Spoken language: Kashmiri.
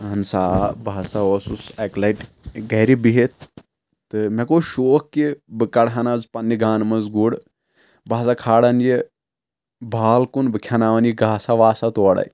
اہن سا آ بہ ہسا اوسُس اکہِ لٹہِ گرِ بِہتھ تہٕ مےٚ گوٚو شوق کہِ بہٕ کڑہان آز پننہِ گانہٕ منٛز گُر بہ سا کھالن یہِ بال کُن بہٕ کھیٚناون یہِ گاسا واسا تورَے